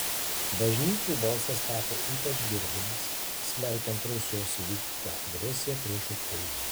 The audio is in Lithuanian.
bažnyčių balsas tapo ypač girdimas smerkiant rusijos įvykdytą agresiją prieš ukrainą